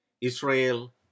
Israel